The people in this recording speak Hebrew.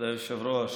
כבוד היושב-ראש,